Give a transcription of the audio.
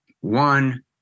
one